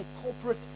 corporate